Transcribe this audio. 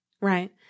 right